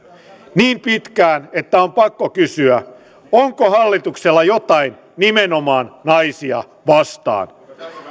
niin pitkään että on pakko kysyä onko hallituksella jotain nimenomaan naisia vastaan